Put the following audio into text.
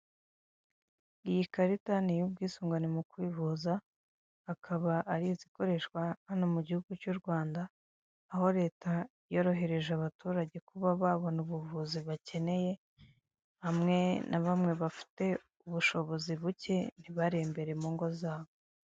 Iyi karita ni iy'ubwisungane mu kwivuza, akaba ari izikoreshwa hano mu gihugu cy' u Rwanda, aho leta yorohereje abaturage kuba babona ubuvuzi bakeneye, hamwe na bamwe bafite ubushobozi bucye ntibarembere mu ngo zabo.